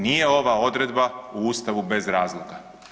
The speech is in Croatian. Nije ova odredba u ustavu bez razloga.